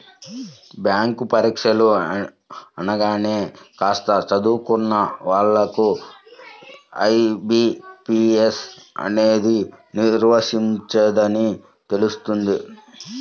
bank పరీక్షలు అనగానే కాస్త చదువుకున్న వాళ్ళకు ఐ.బీ.పీ.ఎస్ అనేది నిర్వహిస్తుందని తెలుస్తుంది